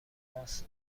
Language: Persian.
راس